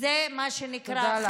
זה מה שנקרא, תודה לך.